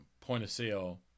point-of-sale